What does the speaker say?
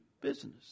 business